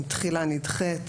אם תחילה נדחית,